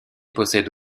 possède